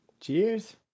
Cheers